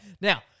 now